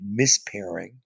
mispairing